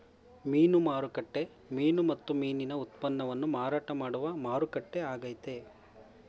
ಮೀನು ಮಾರುಕಟ್ಟೆ ಮೀನು ಮತ್ತು ಮೀನಿನ ಉತ್ಪನ್ನವನ್ನು ಮಾರಾಟ ಮಾಡುವ ಮಾರುಕಟ್ಟೆ ಆಗೈತೆ